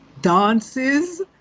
dances